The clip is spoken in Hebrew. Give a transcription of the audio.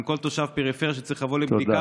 אם כל תושב פריפריה שצריך לבוא לבדיקה